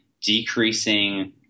decreasing